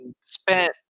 spent